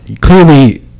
clearly